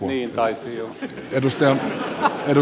niin taisi joo